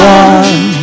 one